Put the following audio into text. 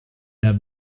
have